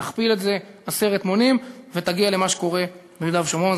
תכפיל את זה עשרת מונים ותגיע למה שקורה ביהודה ושומרון.